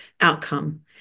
outcome